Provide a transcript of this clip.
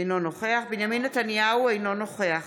בנימין נתניהו, אינו נוכח